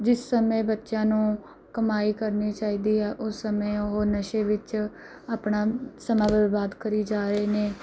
ਜਿਸ ਸਮੇਂ ਬੱਚਿਆਂ ਨੂੰ ਕਮਾਈ ਕਰਨੀ ਚਾਹੀਦੀ ਹੈ ਉਸ ਸਮੇਂ ਉਹ ਨਸ਼ੇ ਵਿੱਚ ਆਪਣਾ ਸਮਾਂ ਬਰਬਾਦ ਕਰੀ ਜਾ ਰਹੇ ਨੇ